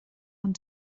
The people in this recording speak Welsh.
ond